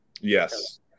Yes